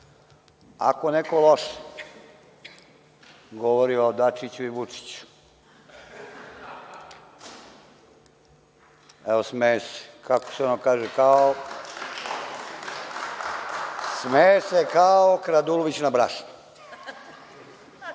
Ako neko loše govori o Dačiću i Vučiću… Evo, smeje se. Kako se ono kaže – smeje se kao Radulović na brašno.